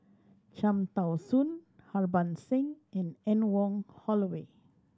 Cham Tao Soon Harbans Singh and Anne Wong Holloway